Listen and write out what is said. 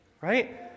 right